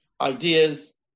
ideas